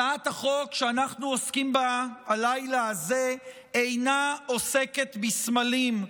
הצעת החוק שאנחנו עוסקים בה הלילה הזה אינה עוסקת בסמלים,